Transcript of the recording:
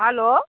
hello